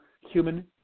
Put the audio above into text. human